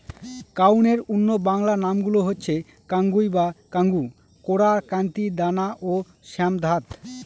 কাউনের অন্য বাংলা নামগুলো হচ্ছে কাঙ্গুই বা কাঙ্গু, কোরা, কান্তি, দানা ও শ্যামধাত